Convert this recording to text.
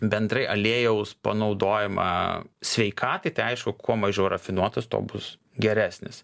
bendrai aliejaus panaudojimą sveikatai tai aišku kuo mažiau rafinuotas tuo bus geresnis